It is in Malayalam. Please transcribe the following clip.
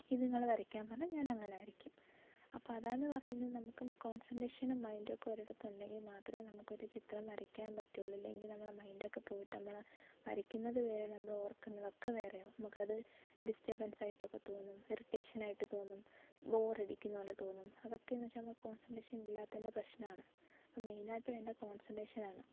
ഇത് നിങ്ങൾ വരയ്ക്കാൻ പറഞ്ഞാൽ ഞാൻ അങ്ങനെ വരയ്ക്കും അപ്പോൾ അതാണ് പറയുന്നത് നമുക്ക് കോൺസൻറ്റ്റേഷനും മൈൻഡൊക്കെ ഒരിടത്ത് ഉണ്ടെങ്കിൽ മാത്രമേ നമുക്കൊരു ചിത്രം വരയ്ക്കാൻ പറ്റുളളു ഇല്ലെങ്കിൽ നമ്മളെ മൈൻഡ്ക്കെ പോയിട്ട് നമ്മൾ വരയ്ക്കുന്നത് വരെ നമ്മൾ ഓർക്കുന്നത് ഒക്കെ വേറെയാകും നമുക്കത് ഡിസ്ടർബൻസ് ആയിട്ടൊക്കെ തോന്നും ഇറിറ്റേഷൻ ആയിട്ട് തോന്നും ബോറടിക്കുന്ന പോലെ തോന്നും അതൊക്കെ എന്നു വെച്ചാൽ നമുക്ക് കോൺസൻറ്റ്റേഷൻ ഇല്ലാത്തതിൻ്റെ പ്രശ്നമാണ് മെയിനായിട്ട് എൻ്റെ കോൺസൻറ്റ്റേഷനാണ്